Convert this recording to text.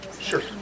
Sure